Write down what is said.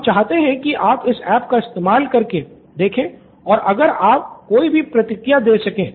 हम चाहते हैं कि आप इस ऐप को इस्तेमाल कर के देखे और अगर आप कोई भी प्रतिक्रिया दें सके